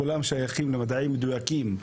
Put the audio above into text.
כולם שייכים למדעים מדויקים,